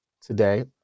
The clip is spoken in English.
today